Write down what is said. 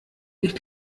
ich